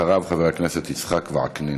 אחריו, חבר הכנסת יצחק וקנין.